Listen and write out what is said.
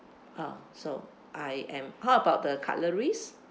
oh so I am how about the cutleries